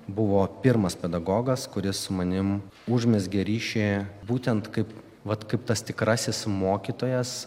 buvo pirmas pedagogas kuris su manim užmezgė ryšį būtent kaip vat kaip tas tikrasis mokytojas